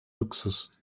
luxus